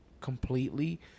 completely